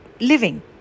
living